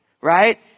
right